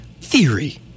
theory